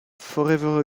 forever